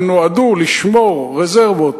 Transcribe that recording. והן נועדו לשמור רזרבות